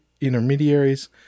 intermediaries